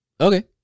Okay